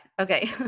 okay